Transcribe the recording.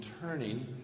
turning